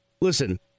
listen